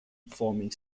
forming